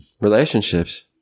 relationships